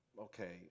okay